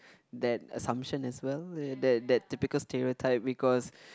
that assumption as well that that typical stereotype because